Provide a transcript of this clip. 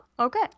Okay